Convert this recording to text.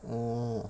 mm